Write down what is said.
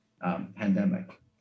pandemic